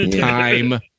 Time